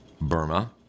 Burma